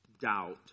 doubt